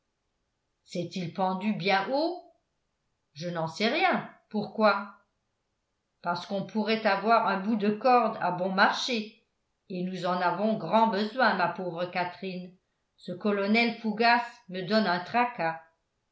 s'est-il pendu bien haut je n'en sais rien pourquoi parce qu'on pourrait avoir un bout de corde à bon marché et nous en avons grand besoin ma pauvre catherine ce colonel fougas me donne un tracas